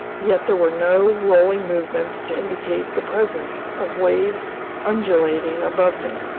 yet there were no rolling movements to indicate the presence of waves undulating above me.